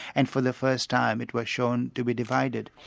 and for the first time it was shown to be divided.